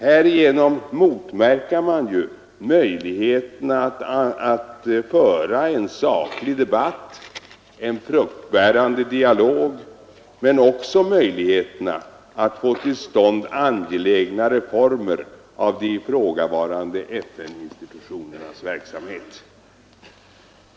Härigenom motverkar man ju möjligheterna att föra en saklig debatt, en fruktbärande dialog, men också strävandena att få till stånd angelägna reformer av de ifrågavarande FN-institutionernas verksamhet.